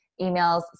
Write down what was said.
emails